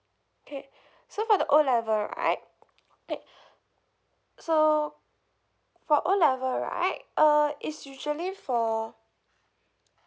okay so for the O level right okay so for O level right uh it's usually for uh